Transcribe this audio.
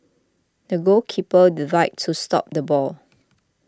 the goalkeeper dived to stop the ball